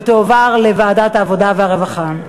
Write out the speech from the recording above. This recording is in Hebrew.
ותועבר לוועדת העבודה והרווחה.